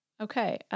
Okay